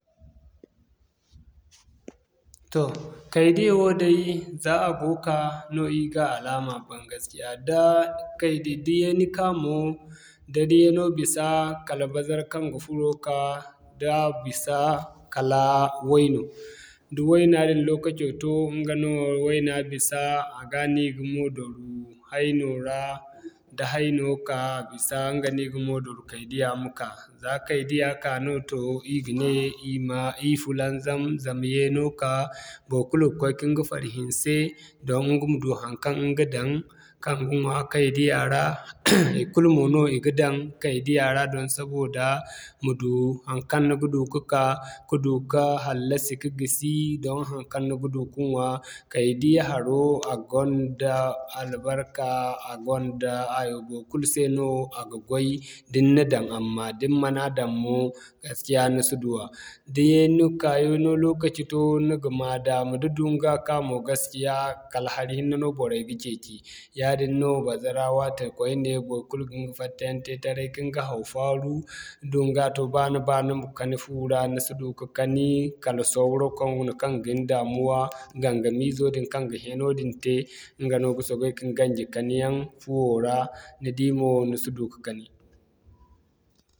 Toh kaydiya woo day, za a go ka no ir ga alama bay gaskiya daa kaydiyo da yeeni ka mo da yeeno bisa kala bazara kaŋ ga furo ka, da bisa kala wayno. Da wayna din lokaco to ɲga no wayna bisa, a ga no i ga mo doru hayno ra, da hayno ka, a bisa ɲga no i ga mo doru kaydiya ma ka. Da kaydiya ka no to ir ga ne ir ma, ir fulaŋzam, zama yeeno ka, baikulu ga koy ka ɲga fari hinse doŋ ɲga ma du haŋkaŋ ɲga daŋ kaŋ ga ɲwa kaydiya ra ikulu mo no i ga daŋ kaydiya ra doŋ saboda ma du haŋkaŋ ni ga du ka'ka, ka du ka hallasi ka gisi, doŋ haŋkaŋ ni ga du ma ɲwa, kaydiya haro, a gonda albarka, a gonda hayo baikulu se no a ga goy da ni daŋ amma da ni ma na daŋ mo gaskiya ni si duwa. Da yeeni ka yeeno lokaci to ni ga ma daama da duŋga ka mo gaskiya kala hari hinne no boray ga ceeci. Yaadin no bazara wate koyne baikulu ga ɲga fatta yaŋ te taray, ka ɲga haw-faaru, da dunŋga to ba ni ba ni ma kani fu ra ni si du ka kani kala sawro koyne kaŋ ga ni daamuwa gangamizo din kaŋ ga hẽeno din te ɲga no ga soobay ka ni gaŋji kani yaŋ fuwo ra ni di mo ni si du ka'kani.